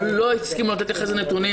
אבל הוא לא הסכים לתת אחרי זה נתונים,